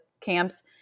camps